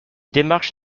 démarches